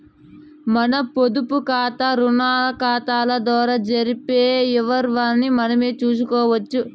మన పొదుపుకాతా, రుణాకతాల ద్వారా జరిపే యవ్వారాల్ని మనమే సూసుకోవచ్చు